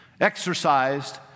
exercised